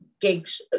gigs